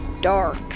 dark